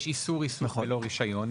ויש איסור עיסוק ללא רישיון,